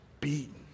beaten